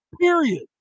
Period